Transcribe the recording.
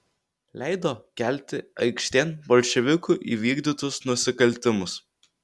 leido kelti aikštėn bolševikų įvykdytus nusikaltimus